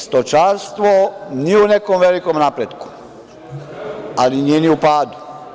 Stočarstvo nije u nekom velikom napretku, ali nije ni u padu.